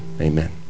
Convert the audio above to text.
Amen